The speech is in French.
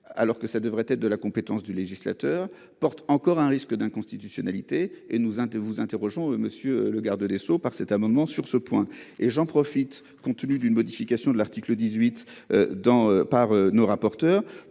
alors que ça devrait être de la compétence du législateur porte encore un risque d'inconstitutionnalité et nous hein vous interrogeant monsieur le garde des Sceaux par cet amendement. Sur ce point et j'en profite, compte tenu d'une modification de l'article 18 dans par nos rapporteurs